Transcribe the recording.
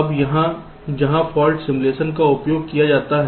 अब यहाँ जहाँ फॉल्ट सिमुलेशन का उपयोग किया जाता है